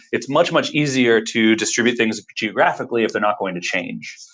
it's much, much easier to distribute things geographically if they're not going to change.